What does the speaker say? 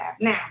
Now